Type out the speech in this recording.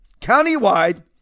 countywide